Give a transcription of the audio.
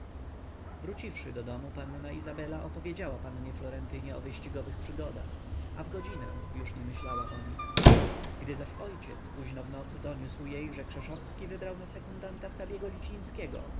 wróciwszy do domu panna izabela opowiedziała pannie florentynie o wyścigowych przygodach a w godzinę już nie myślała o nich gdy zaś ojciec późno w nocy doniósł jej że krzeszowski wybrał na sekundanta hrabiego licińskiego